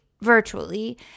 virtually